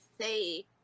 say